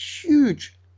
huge